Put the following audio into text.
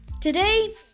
today